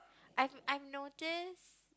I'm I'm notice